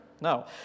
No